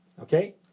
okay